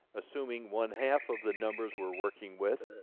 assuming one-half of the numbers we're working with,